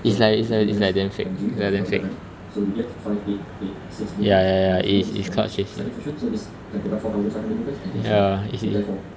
it's like it's like it's like damn fake ya damn fake ya ya ya is is called shexin ya is in